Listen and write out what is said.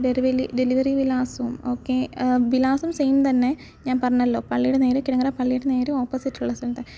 delivery delivery വിലാസവും ഒക്കെ വിലാസം സെയിം തന്നെ ഞാൻ പറഞ്ഞല്ലോ പള്ളീടെ നേരെ കിടങ്ങറ പള്ളീടെ നേരെ ഓപ്പോസിറ്റുള്ള സ്ഥലത്ത്